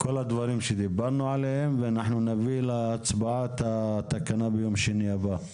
כל הדברים עליהם דיברנו ואנחנו נביא את התקנה להצבעה ביום שני הבא.